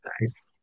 Nice